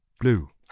blue